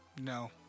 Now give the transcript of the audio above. No